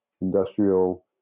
industrial